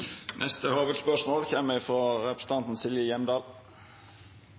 Neste hovudspørsmål kjem frå representanten Silje